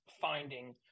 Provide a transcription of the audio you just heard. finding